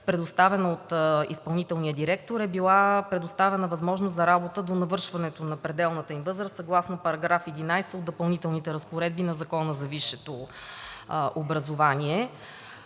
предоставена от изпълнителния директор, е била предоставена възможност за работа до навършването на пределната им възраст съгласно § 11 от Допълнителните разпоредби на Закона за висшето образование.